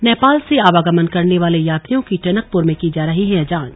नेपाल से आवागमन करने वाले यात्रियों की टनकपुर में की जा रही है जांच